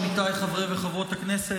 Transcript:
עמיתיי חברי וחברות הכנסת,